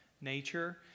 nature